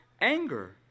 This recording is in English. anger